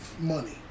money